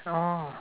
orh